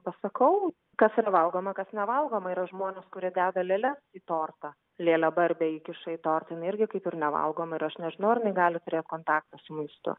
pasakau kas yra valgoma kas nevalgoma yra žmonės kurie deda lėles į tortą lėlę barbę įkiša į tortą jin irgi kaip ir nevalgoma ir aš nežinau ar jinai gali turėt kontaktą su maistu